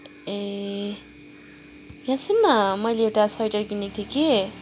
ए यहाँ सुन् न मैले एउटा स्वेटर किनेको थिएँ कि